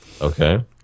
Okay